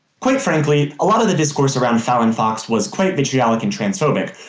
quite frankly, a lot of the discourse around fallon fox was quite vitriolic and transphobic,